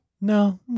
No